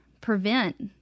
prevent